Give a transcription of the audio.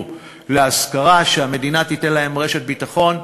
להשכרה שהמדינה תיתן בהן רשת ביטחון,